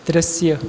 दृश्य